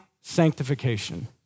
sanctification